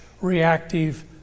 reactive